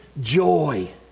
joy